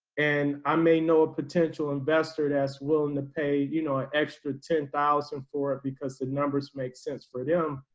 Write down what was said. and i may know a potential investor that's willing to pay, you know, an extra ten thousand for it because the numbers make sense for them,